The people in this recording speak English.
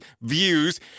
views